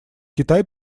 китай